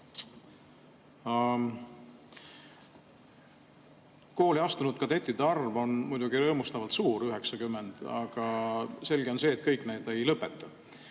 Kooli astunud kadettide arv on muidugi rõõmustavalt suur, 90, aga selge on see, et kõik nad ei lõpeta.